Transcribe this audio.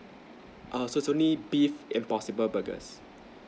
oo so only beef impossible burgers